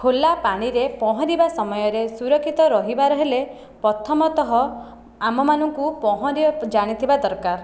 ଖୋଲା ପାଣିରେ ପହଁରିବା ସମୟରେ ସୁରକ୍ଷିତ ରହିବାର ହେଲେ ପ୍ରଥମତଃ ଆମ ମାନଙ୍କୁ ପହଁରିବା ଜାଣିଥିବା ଦରକାର